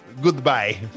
goodbye